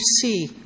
see